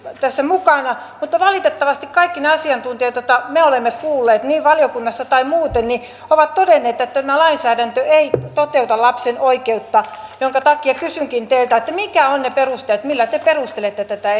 tässä mukana mutta valitettavasti kaikki ne asiantuntijat joita me olemme kuulleet valiokunnassa tai muuten ovat todenneet että tämä lainsäädäntö ei toteuta lapsen oikeutta minkä takia kysynkin teiltä mitkä ovat ne perusteet millä te perustelette tätä